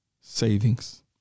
savings